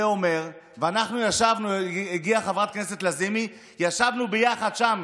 זה אומר, הגיעה חברת הכנסת לזימי, וישבנו ביחד שם